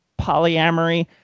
polyamory